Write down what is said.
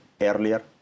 earlier